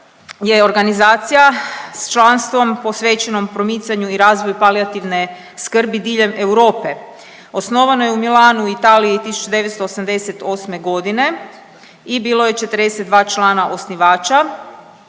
je organizacija sa članstvom posvećenom promicanju i razvoju palijativne skrbi diljem Europe. Osnovano je u Milanu u Italiji 1988. godine i bilo je 42 člana osnivača